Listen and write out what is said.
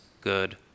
good